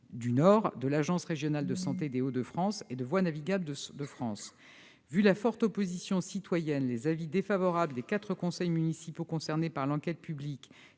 du Nord, de l'agence régionale de santé des Hauts-de-France et de Voies navigables de France. Au vu de la forte opposition citoyenne, les avis défavorables des quatre conseils municipaux concernés par l'enquête publique,